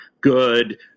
good